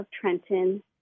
Trenton